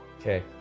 Okay